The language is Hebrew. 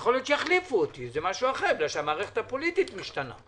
יכול להיות שיחליפו אותי זה משהו אחר מפני שהמערכת הפוליטית משתנה.